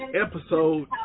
episode